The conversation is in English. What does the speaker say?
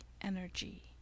energy